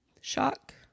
Shock